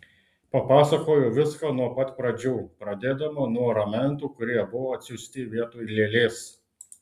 papasakojo viską nuo pat pradžių pradėdama nuo ramentų kurie buvo atsiųsti vietoj lėlės